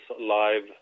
live